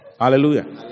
Hallelujah